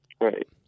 Right